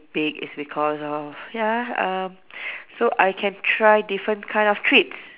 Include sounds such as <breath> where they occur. pig is because of ya uh <breath> so I can try different kind of treats